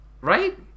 Right